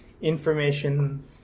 information